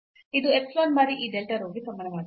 ಇದು epsilon ಬಾರಿ ಈ delta rho ಗೆ ಸಮಾನವಾಗಿದೆ